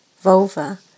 vulva